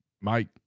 Mike